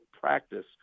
practice